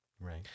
Right